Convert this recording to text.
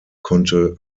konnte